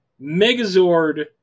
megazord